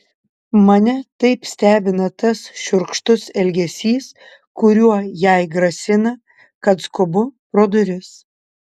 mane taip stebina tas šiurkštus elgesys kuriuo jai grasina kad skubu pro duris